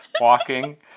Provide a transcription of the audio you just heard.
walking